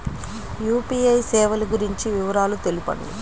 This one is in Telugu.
యూ.పీ.ఐ సేవలు గురించి వివరాలు తెలుపండి?